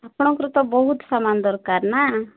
ଆପଣଙ୍କର ତ ବହୁତ ସାମାନ୍ ଦରକାର ନା